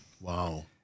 Wow